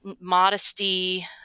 modesty